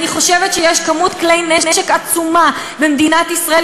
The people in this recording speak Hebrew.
אני חושבת שיש כמות כלי נשק עצומה במדינת ישראל,